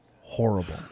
horrible